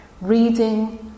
reading